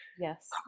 Yes